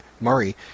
murray